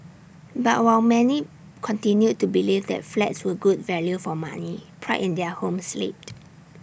but while many continued to believe that flats were good value for money pride in their homes slipped